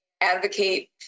advocate